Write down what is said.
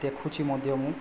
ଦେଖୁଛି ମଧ୍ୟ ମୁଁ